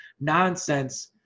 nonsense